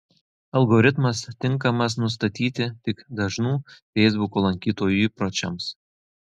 algoritmas tinkamas nustatyti tik dažnų feisbuko lankytojų įpročiams